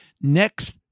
next